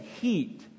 heat